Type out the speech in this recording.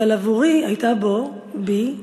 אבל עבורי היה בו, בי,